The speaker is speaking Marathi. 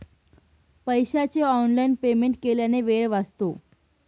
पैशाचे ऑनलाइन पेमेंट केल्याने वेळ वाचतो